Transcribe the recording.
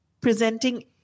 presenting